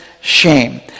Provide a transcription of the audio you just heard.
shame